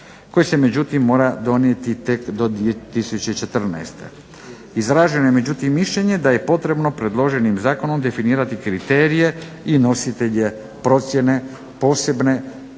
koji se međutim mora donijeti tek do 2014. Izraženo je međutim mišljenje da je potrebno predloženim zakonom definirati kriterije i nositelje procjene potrebe